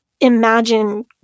imagine